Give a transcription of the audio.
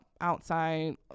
outside